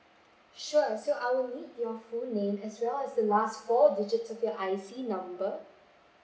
sure so I would need your full name as well as the last four digit of your I_C number